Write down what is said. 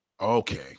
Okay